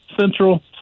Central